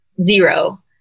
zero